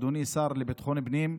אדוני השר לביטחון הפנים,